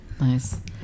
Nice